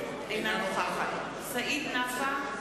אינה נוכחת סעיד נפאע,